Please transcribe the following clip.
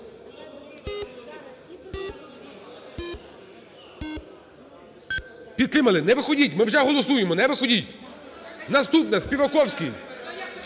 Підтримали. Не виходіть, ми вже голосуємо. Не виходіть! Наступне.Співаковський.